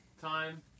Time